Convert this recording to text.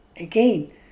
again